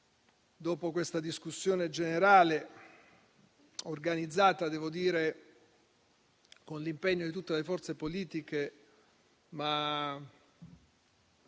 dopo questa discussione generale, organizzata - devo dirlo - con l'impegno di tutte le forze politiche